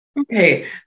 okay